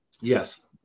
Yes